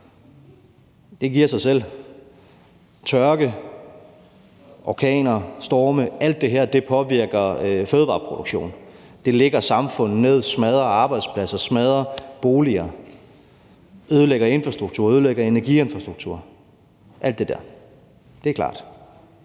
det giver sig selv – og der er tørke, orkaner, storme. Alt det her påvirker fødevareproduktionen, det lægger samfund ned, det smadrer arbejdspladser, smadrer boliger, det ødelægger infrastruktur, ødelægger energiinfrastruktur osv. Det er klart.